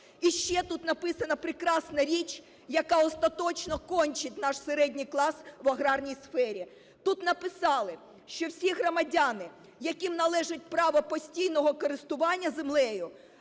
І ще тут написана прекрасна річ, яка остаточно кончить наш середній клас в аграрній сфері. Тут написали, що всі громадяни, яким належить право постійного користування землею…